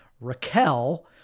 raquel